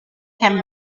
can